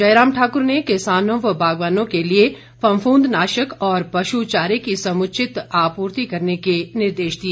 जयराम ठाकुर ने किसानों व बागवानों के लिए फफूंद नाशक और पशु चारे की समुचित आपूर्ति करने के निर्देश दिए